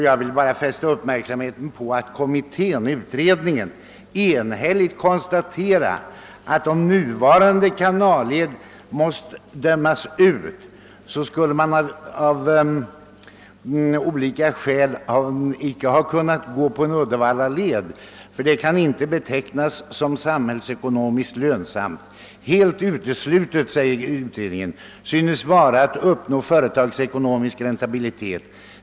Jag vill fästa uppmärksamheten på att kanaltrafikutredningen enhälligt har konstaterat: »Skulle nuvarande kanalled ha måst dömas ut av geotekniska skäl vore enligt utredningens bedömning =<alternativet inte att bygga en Uddevallaled. Projektet kan inte betecknas som samhällsekonomiskt lönsamt. Helt uteslutet synes vara att uppnå företagsekonomisk räntabilitet.